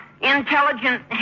intelligent